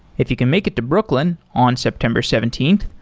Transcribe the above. if you can make it to brooklyn on september seventeenth,